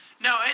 No